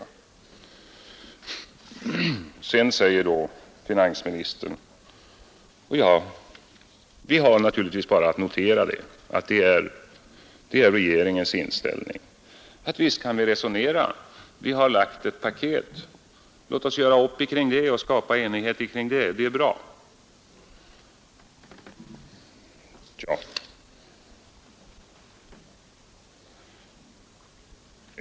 Finansministern säger då — och vi har naturligtvis bara att notera att det är regeringens inställning: Visst kan vi resonera. Vi har lagt ett paket. Låt oss göra upp kring det och skapa enighet kring det. Det är bra.